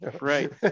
Right